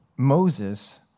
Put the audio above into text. Moses